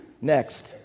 next